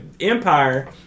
Empire